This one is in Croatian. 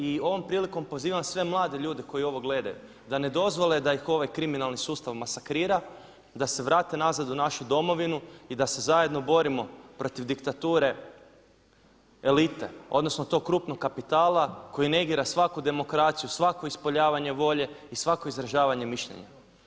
I ovom prilikom pozivam sve mlade ljude koji ovo gledaju da ne dozvole da ih ovaj kriminalni sustav masakrira, da se vrate nazad u našu Domovinu i da se zajedno borimo protiv diktature elite odnosno tog krupnog kapitala koji negira svaku demokraciju, svako ispoljavanje volje i svako izražavanje mišljenja.